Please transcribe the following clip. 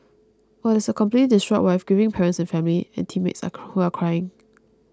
while there is a completely distraught wife grieving parents and family and teammates who are crying